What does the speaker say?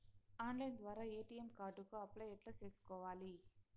Online ద్వారా ATM card కు apply ఎట్లా సేసుకోవాలి?